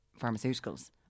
pharmaceuticals